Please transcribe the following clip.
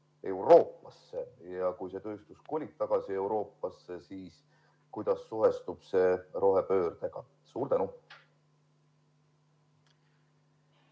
Euroopasse? Ja kui see tööstus kolib tagasi Euroopasse, siis kuidas suhestub see rohepöördega?